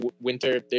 winter